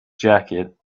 jacket